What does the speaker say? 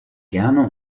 gerne